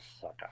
sucker